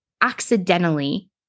Accidentally